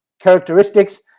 characteristics